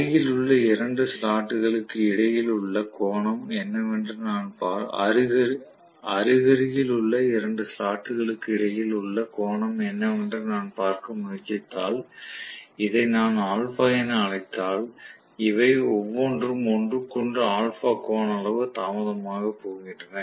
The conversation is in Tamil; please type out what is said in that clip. அருகிலுள்ள இரண்டு ஸ்லாட் களுக்கு இடையில் உள்ள கோணம் என்னவென்று நான் பார்க்க முயற்சித்தால் இதை நான் α என அழைத்தால் இவை ஒவ்வொன்றும் ஒன்றுக்கொன்று α கோண அளவு தாமதமாகப் போகின்றன